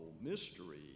mystery